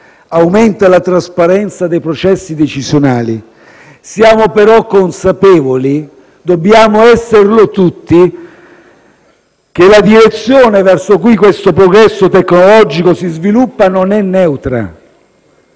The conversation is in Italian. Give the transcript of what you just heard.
aumenta la trasparenza dei processi decisionali. Siamo però consapevoli - dobbiamo esserlo tutti - che la direzione verso cui questo progresso tecnologico si sviluppa non è neutra.